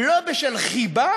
לא בשל חיבה